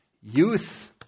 youth